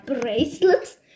bracelets